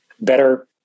better